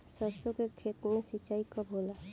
सरसों के खेत मे सिंचाई कब होला?